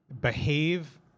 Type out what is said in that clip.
behave